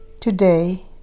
today